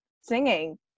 singing